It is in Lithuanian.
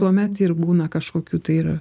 tuomet ir būna kažkokių tai ir